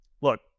look